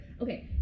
Okay